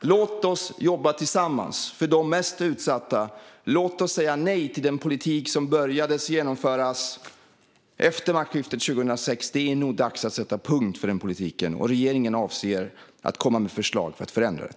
Låt oss jobba tillsammans för de mest utsatta! Låt oss säga nej till den politik som började genomföras efter maktskiftet 2006! Det är nog dags att sätta punkt för den politiken. Regeringen avser att komma med förslag för att förändra detta.